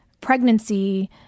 pregnancy